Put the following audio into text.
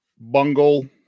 bungle